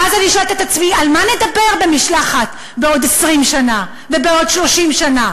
ואז אני שואלת את עצמי: על מה נדבר במשלחת בעוד 20 שנה ובעוד 30 שנה?